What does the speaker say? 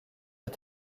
est